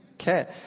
Okay